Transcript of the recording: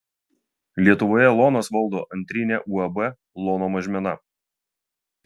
lietuvoje lonas valdo antrinę uab lono mažmena